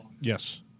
Yes